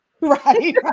Right